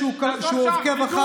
שהוא עוקב אחר ההוראות,